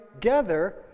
together